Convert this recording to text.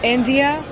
India